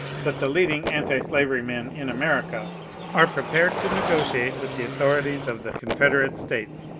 that the leading antislayery men in america are prepared to negotiate with the authorities of the confederate states,